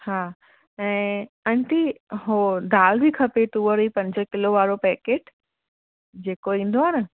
हा ऐं आंटी हो दाल बि खपे तुवरयी पंज किलो वारो पेकेट जेको ईंदो आहे न